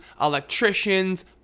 electricians